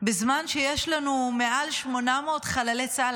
בזמן שיש לנו מעל 800 חללי צה"ל?